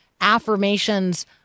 affirmations